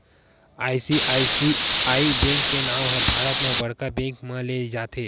ICICI bank के नांव ह भारत म बड़का बेंक म लेय जाथे